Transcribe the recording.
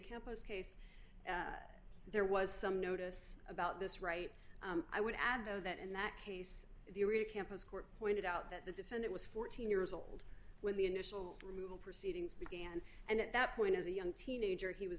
campus case there was some notice about this right i would add though that in that case there were a campus court pointed out that the defendant was fourteen years old when the initial removal proceedings began and at that point as a young teenager he was